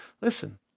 Listen